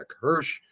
Hirsch